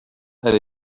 elle